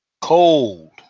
Cold